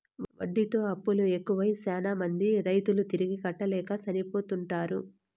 వడ్డీతో అప్పులు ఎక్కువై శ్యానా మంది రైతులు తిరిగి కట్టలేక చనిపోతుంటారు